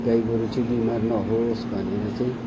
गाई गोरु चाहिँ बिमार नहोस् भनेर चाहिँ